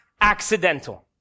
accidental